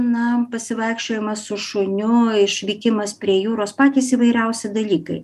na pasivaikščiojimas su šuniu išvykimas prie jūros patys įvairiausi dalykai